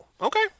Okay